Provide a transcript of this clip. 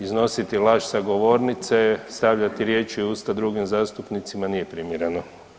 Iznositi laž sa govornice, stavljati riječi u usta drugim zastupnicima nije primjereno.